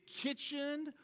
kitchen